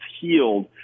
healed